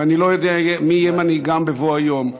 ואני לא יודע מי יהיה מנהיגם בבוא היום,